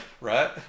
right